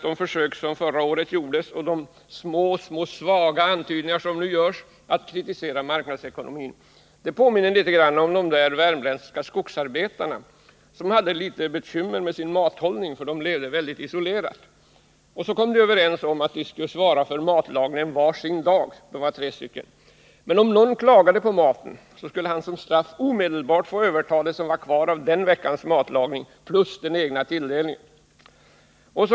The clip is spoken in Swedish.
De försök som förra året gjordes och de svaga antydningar som nu görs att kritisera marknadsekonomin påminner mig om de tre värmländska skogsarbetarna som hade litet bekymmer med sin mathållning, eftersom de levde väldigt isolerat. Så kom de överens om att de skulle svara för matlagningen var sin dag. Men om någon klagade på maten skulle han som straff omedelbart få överta vad som var kvar av den veckans matlagning plus den egna perioden.